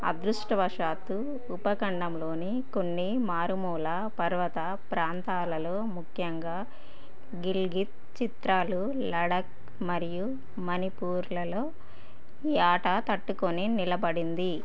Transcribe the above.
అదృష్టవశాత్తు ఉపఖండంలోని కొన్ని మారుమూల పర్వత ప్రాంతాలలో ముఖ్యంగా గిల్గిత్ చిత్రాలు లడఖ్ మరియు మణిపూర్లలో ఈ ఆట తట్టుకొని నిలబడింది